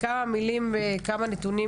כמה מילים ככמה נתונים,